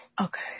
Okay